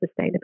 sustainability